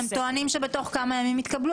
הם טוענים שבתוך כמה ימים זה יתקבל,